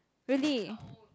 really